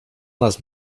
nas